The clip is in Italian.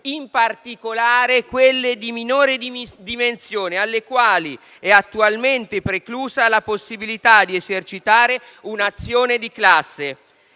in particolare quelle di minori dimensioni, alle quali è attualmente preclusa la possibilità di esercitare un'azione di classe.